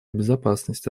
безопасности